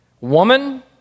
Woman